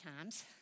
times